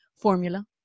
formula